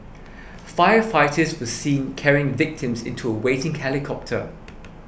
firefighters were seen carrying victims into waiting helicopter